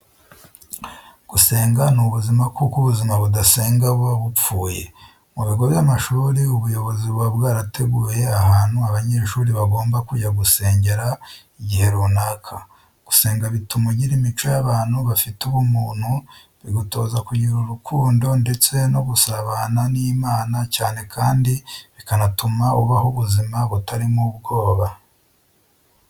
Gusenga ni ubuzima kuko ubuzima budasenga buba bupfuye. Mu bigo by'amashuri ubuyobozi buba bwarateguye ahantu abanyeshuri bagomba kujya gusengera igihe runaka. Gusenga bituma ugira imico y'abantu bafite ubumuntu, bigutoza kugira urukundo ndetse no gusabana n'Imana cyane kandi bikanatuma ubaho ubuzima butarimo ubwoba.